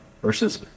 versus